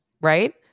Right